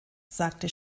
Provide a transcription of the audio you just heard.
sagte